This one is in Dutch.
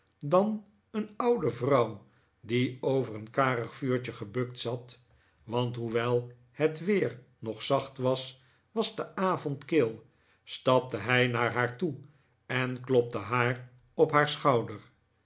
dan een oude vrouw die over een karig vuurtje gebukt zat want hoewel het weer nog zacht was was de avond kil stapte hij naar haar toe en klopte haar op haar scliouder